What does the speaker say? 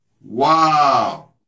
Wow